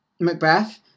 Macbeth